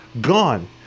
gone